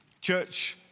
Church